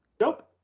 Nope